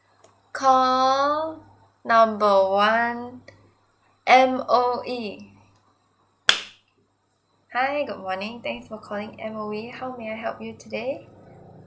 call number one M_O_E hi good morning thanks for calling M_O_E how may I help you today